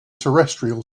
terrestrial